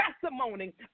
testimony